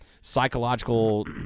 psychological